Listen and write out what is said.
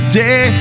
day